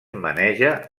maneja